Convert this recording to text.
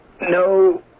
No